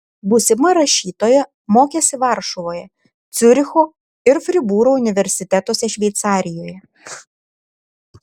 būsima rašytoja mokėsi varšuvoje ciuricho ir fribūro universitetuose šveicarijoje